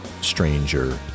stranger